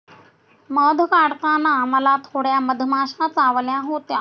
मध काढताना मला थोड्या मधमाश्या चावल्या होत्या